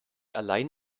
allein